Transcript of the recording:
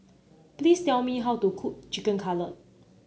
please tell me how to cook Chicken Cutlet